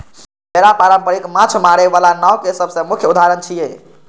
बेड़ा पारंपरिक माछ मारै बला नाव के सबसं मुख्य उदाहरण छियै